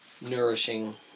nourishing